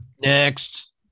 Next